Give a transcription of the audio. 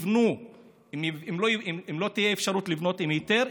אם לא תהיה אפשרות לבנות עם היתר,